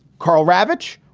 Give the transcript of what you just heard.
carl ravich,